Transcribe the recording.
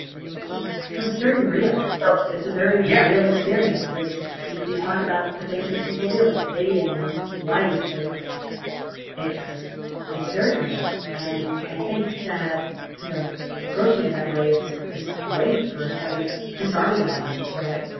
and it's very real it's it's a very yeah real experience. it's you you talk about the things that people deal with, dating and life. and it's it's very real. and i think that you know approaching it that way is is great for ah disarming an audience right?